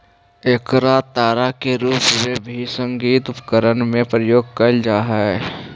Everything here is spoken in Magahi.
एकरा तार के रूप में भी संगीत उपकरण में प्रयोग कैल जा हई